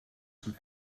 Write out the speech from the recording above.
from